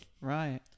Right